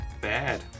bad